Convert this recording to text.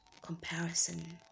comparison